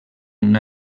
una